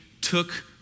took